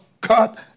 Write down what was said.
Cut